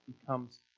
becomes